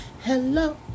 hello